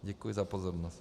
Děkuji za pozornost.